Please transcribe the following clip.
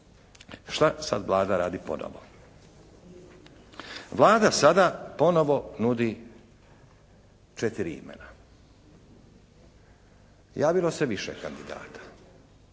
Šta sad Vlada radi ponovo? Vlada sada ponovo nudi četiri imena. Javilo se više kandidata.